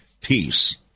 peace